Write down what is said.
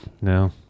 No